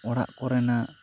ᱚᱲᱟᱜ ᱠᱚᱨᱮᱱᱟᱜ